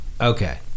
Okay